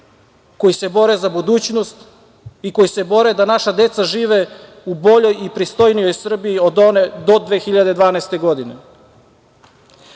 koji se bore za budućnost i koji se bore da naša deca žive u boljoj i pristojnijoj Srbiji od one do 2012. godine. Zato